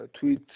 tweet